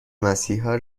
مسیحا